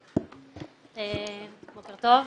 בוקר טוב.